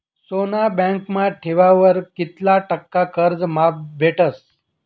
सोनं बँकमा ठेवावर कित्ला टक्का कर्ज माफ भेटस?